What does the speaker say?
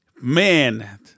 Man